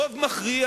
רוב מכריע